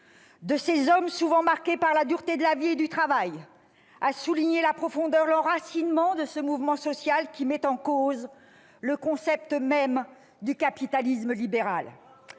de ces hommes souvent marqués par la dureté de la vie et du travail, a souligné la profondeur, l'enracinement de ce mouvement social qui met en cause le principe même du capitalisme libéral.